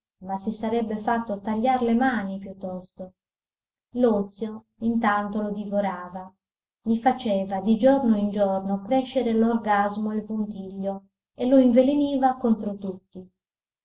ma si sarebbe fatto tagliar le mani piuttosto l'ozio intanto lo divorava gli faceva di giorno in giorno crescere l'orgasmo e il puntiglio e lo inveleniva contro tutti